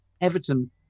Everton